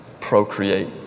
procreate